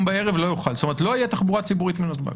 זאת אומרת, לא תהיה תחבורה ציבורית מנתב"ג.